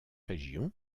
région